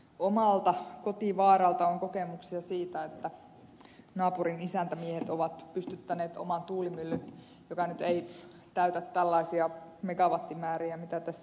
omalta kotivaaralta on kokemuksia siitä että naapurin isäntämiehet ovat pystyttäneet oman tuulimyllyn joka nyt ei täytä tällaisia megawattimääriä kuin mistä tässä ed